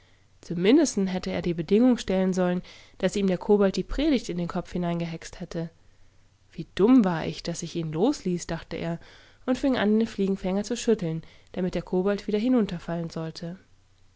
zum mindesten hätte er die bedingung stellen sollen daß ihm der kobold die predigt in den kopf hineingehext hätte wie dumm war ich daß ich ihn losließ dachte er und fing an den fliegenfänger zu schütteln damit der kobold wieder hinunterfallensollte